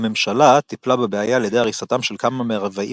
הממשלה טיפלה בבעיה על ידי הריסתם של כמה מהרבעים